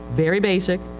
very basic,